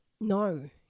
No